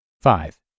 Five